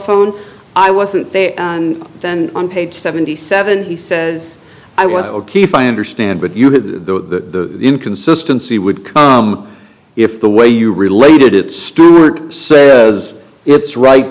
phone i wasn't there and then on page seventy seven he says i was o'keefe i understand but you had the inconsistency would come if the way you related it stewart said it's right